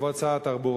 כבוד שר התחבורה,